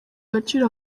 gaciro